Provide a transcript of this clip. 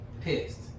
pissed